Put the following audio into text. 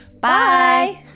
Bye